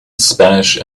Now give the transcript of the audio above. spanish